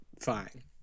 fine